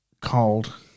called